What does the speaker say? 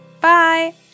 Bye